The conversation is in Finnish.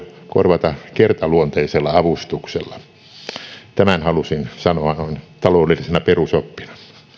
korvata kertaluonteisella avustuksella tämän halusin sanoa noin taloudellisena perusoppina